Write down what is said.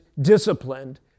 disciplined